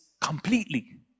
completely